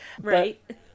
Right